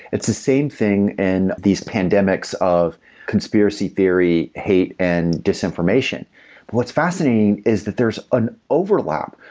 it's the same thing in these pandemics of conspiracy theory, hate and disinformation what's fascinating is that there's an overlap.